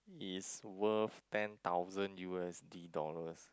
is worth ten thousand U_S_D dollars